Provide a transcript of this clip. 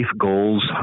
goals